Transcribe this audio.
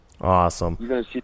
Awesome